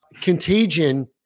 Contagion